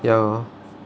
ya lor